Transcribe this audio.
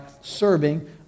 serving